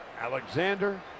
Alexander